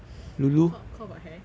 is it cause cause of her hair